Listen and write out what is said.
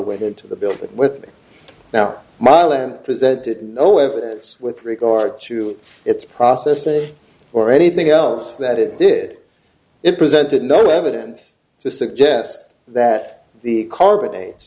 went into the building with me now or milan presented no evidence with regard to its process say or anything else that it did it presented no evidence to suggest that the carbon